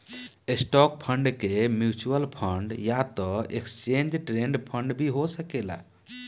stock fund के mutual fund या त एक्सचेंज ट्रेड फंड भी हो सकेला